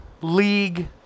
league